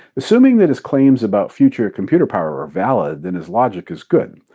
assuming that his claims about future computer power are valid, then his logic is good.